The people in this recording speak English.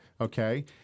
okay